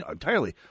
entirely